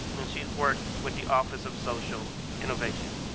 and she's worked with the office of social innovation.